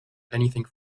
anything